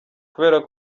kubera